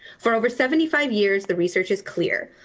for over seventy five years, the research is clear.